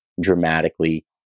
dramatically